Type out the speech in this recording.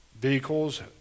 Vehicles